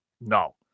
No